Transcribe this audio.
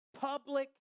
public